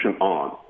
on